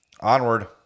onward